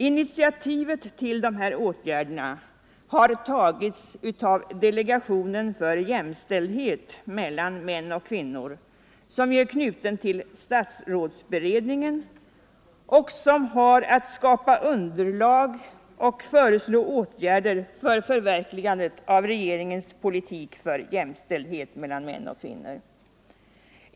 Initiativet till de här åtgärderna har tagits av delegationen för jämställdhet mellan män och kvinnor, som är knuten till statsrådsberedningen och som har att skapa underlag och föreslå åtgärder för förverkligandet av regeringens politik för jämställdhet mellan män och kvinnor.